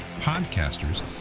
podcasters